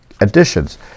additions